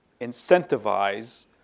incentivize